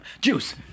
Juice